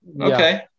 okay